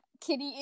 kitty